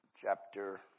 Chapter